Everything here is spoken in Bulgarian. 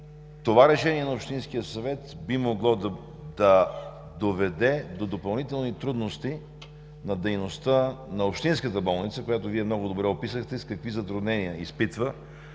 Това решение на общинския съвет би могло да доведе до допълнителни трудности на дейността на общинската болница, която Вие много добре описахте какви затруднения изпитва,